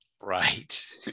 Right